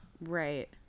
Right